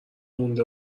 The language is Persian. مونده